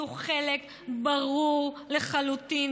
יהיו חלק ברור לחלוטין,